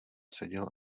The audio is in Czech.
seděl